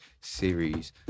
series